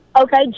Okay